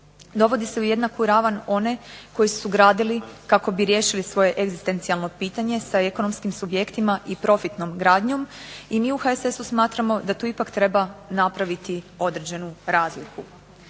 Dovodi se u jednaku ravan one koji su gradili kako bi riješili svoje egzistencijalno pitanje sa ekonomskim subjektima i profitnom gradnjom, i mi u HSS-u smatramo da tu ipak treba napraviti određenu razliku.